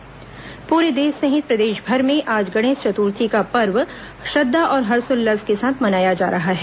गणेश चत्र्थी पूरे देश सहित प्रदेशभर में आज गणेश चत्र्थी का पर्व श्रद्वा और हर्षोल्लास के साथ मनाया जा रहा है